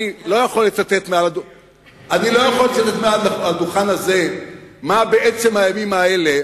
אני לא יכול לצטט מעל לדוכן הזה מה בעצם הימים האלה